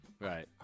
Right